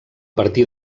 partir